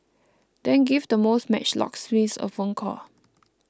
then give the most matched locksmiths a phone call